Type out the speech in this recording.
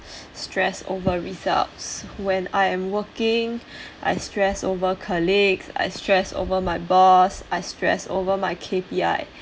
stressed over results when I am working I stress over colleagues I stress over my boss I stress over my K_P_I